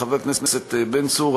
חבר הכנסת בן צור,